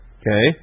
okay